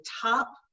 top